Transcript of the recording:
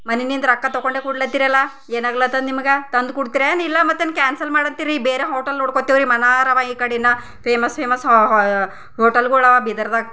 ಮನಿನಿಂದ ರೊಕ್ಕ ತಗೊಂಡೆ ಕೊಡ್ಲತ್ತೀರಲ್ಲ ಏನಾಗ್ಲಾತ್ತದ ನಿಮಗೆ ತಂದು ಕುಡ್ತಿರೇನು ಇಲ್ಲ ಮತ್ತೆ ಏನು ಕ್ಯಾನ್ಸಲ್ ಮಾಡಹತ್ತಿರಿ ಬೇರೆ ಹೋಟೆಲ್ ನೋಡ್ಕೊತೀವಿ ರಿ ಮನಾರವ ಈ ಕಡೆನ ಫೇಮಸ್ ಫೇಮಸ್ ಹೋಟೆಲ್ಗಳಾವ ಬೀದರ್ದಾಗ